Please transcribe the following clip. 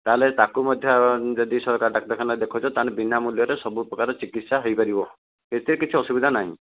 ତା'ହେଲେ ତାକୁ ମଧ୍ୟ ଯଦି ସରକାରୀ ଡାକ୍ତର ଖାନାରେ ଦେଖାଉଛ ତାହେଲେ ବିନା ମୂଲ୍ୟରେ ସବୁ ପ୍ରକାର ଚିକିତ୍ସା ହୋଇପାରିବ ଏଥିରେ କିଛି ଅସୁବିଧା ନାହିଁ